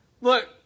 look